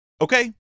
Okay